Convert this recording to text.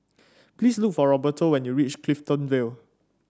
please look for Roberto when you reach Clifton Vale